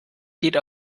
geht